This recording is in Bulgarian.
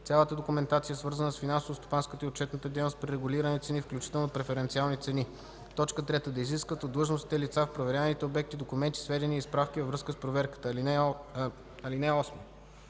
цялата документация, свързана с финансово-стопанската и отчетната дейност при регулирани цени, включително преференциални цени; 3. да изискват от длъжностните лица в проверяваните обекти документи, сведения и справки във връзка с проверката. (8)